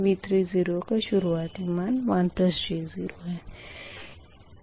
V30 का शुरुआती मान 1j0 है